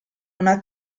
una